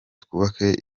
twubake